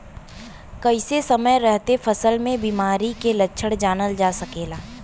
कइसे समय रहते फसल में बिमारी के लक्षण जानल जा सकेला?